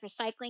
recycling